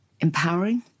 empowering